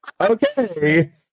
okay